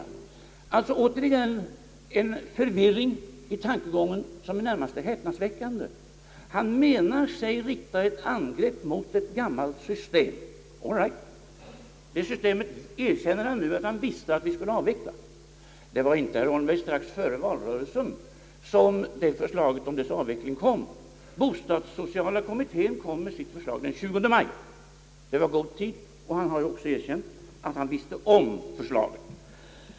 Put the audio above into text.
Herr Holmberg visar återigen en förvirring i tankegången som är närmast häpnadsväckande. Han menar sig rikta ett angrepp mot ett gammalt system, som han visste att vi skulle avveckla. Det var inte strax före valrörelsen som förslaget om en avveckling kom. Bostadssociala kommittén framlämnade sitt förslag den 20 maj, alltså i god tid före valrörelsen, och herr Holmberg har också erkänt att han visste om förslaget.